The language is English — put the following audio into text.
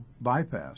bypass